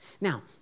Now